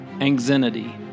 anxiety